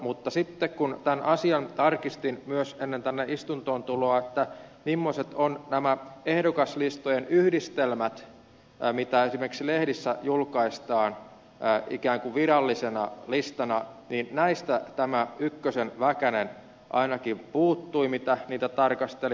mutta sitten kun tämän asian tarkistin myös ennen tänne istuntoon tuloa millaiset ovat nämä ehdokaslistojen yhdistelmät mitä esimerkiksi lehdissä julkaistaan ikään kuin virallisina listoina niin näistä tämä ykkösen väkänen ainakin puuttui kun niitä tarkastelin